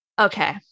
Okay